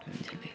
बुझलिए